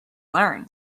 learn